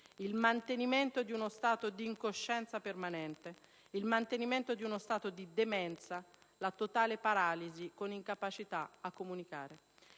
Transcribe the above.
il mantenimento di uno stato d'incoscienza permanente, il mantenimento di uno stato di demenza, la totale paralisi con incapacità a comunicare.